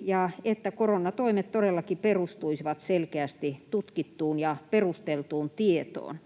ja että koronatoimet todellakin perustuisivat selkeästi tutkittuun ja perusteltuun tietoon.